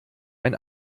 ein